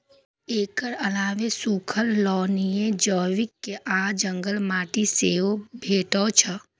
एकर अलावे सूखल, लवणीय, जैविक आ जंगली माटि सेहो भेटै छै